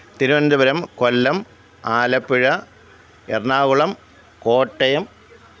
Thiruvananthapuram Kollam Alappuzha Ernakulam Kottayam